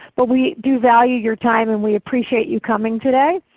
but we do value your time and we appreciate you coming today.